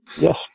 Yes